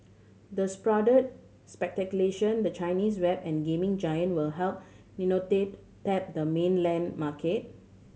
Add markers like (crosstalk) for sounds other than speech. the (unintelligible) the Chinese web and gaming giant will help (unintelligible) tap the mainland market